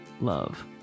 love